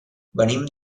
venim